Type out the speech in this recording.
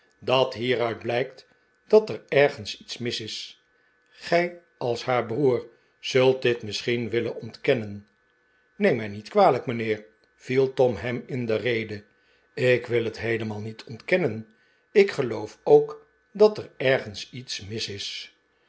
dat hieruit blijkt dat er ergens iets mis is gij als haar broer zult dit misschien willen ontkennen neem mij niet kwalijk mijnheer viel tom hem in de rede ik wil het heelemaal niet ontkennen ik geloof ook dat er ergens iets mis is